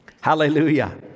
Hallelujah